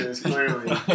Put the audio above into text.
clearly